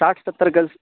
ساٹھ ستر گز